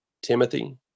Timothy